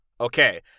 okay